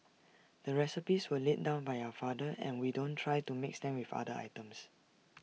the recipes were laid down by our father and we don't try to mix them with other items